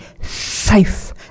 safe